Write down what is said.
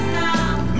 now